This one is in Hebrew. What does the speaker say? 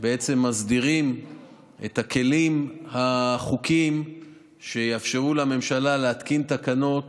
אנחנו בעצם מסדירים את הכלים החוקיים שיאפשרו לממשלה להתקין תקנות